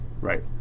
right